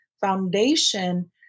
foundation